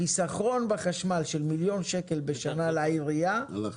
החיסכון בחשמל של מיליון שקל בשנה לעירייה הלך